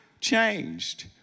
changed